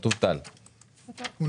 שלום לכולם,